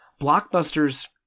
blockbusters